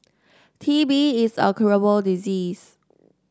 T B is a curable disease